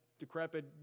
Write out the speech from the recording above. decrepit